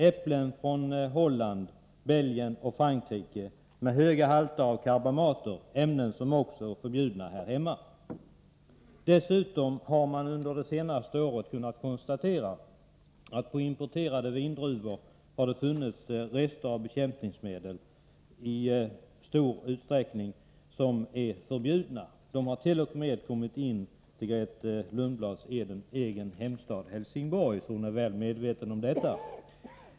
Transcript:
Äpplen från Holland, Belgien och Frankrike har haft höga halter av karbamater, ämnen som också är förbjudna här hemma. Dessutom har man under det senaste året kunnat konstatera att det på importerade vindruvor i stor utsträckning har funnits rester av bekämpningsmedel som är förbjudna. Sådana vindruvspartier hart.o.m. kommit in till landet i Grethe Lundblads egen hemstad Helsingborg, så hon bör vara väl medveten om detta.